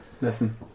Listen